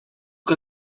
que